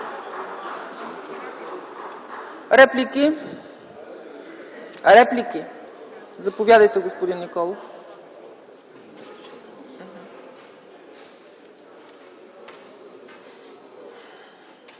ли реплики? Заповядайте, господин Николов.